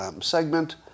Segment